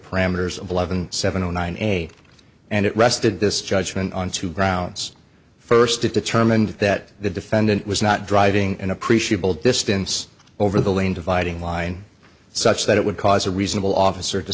parameters of eleven seven zero nine eight and it rested this judgment on two grounds first determined that the defendant was not driving an appreciable distance over the lane dividing line such that it would cause a reasonable officer to